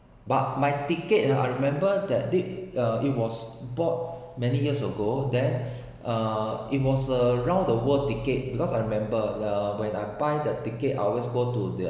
but my ticket I remember that date it was bought many years ago then uh it was a round the world ticket because I remember the when I buy the ticket I always go to the